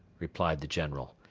replied the general,